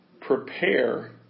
prepare